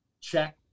check